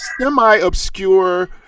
semi-obscure